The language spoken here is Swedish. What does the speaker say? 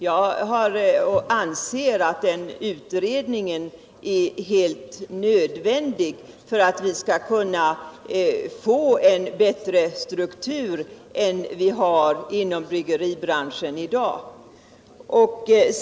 Jag anser att den utredningen är helt nödvändig för att vi skall kunna få en bättre struktur än vi har inom bryggeribranschen i dag.